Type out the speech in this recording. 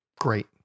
great